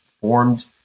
formed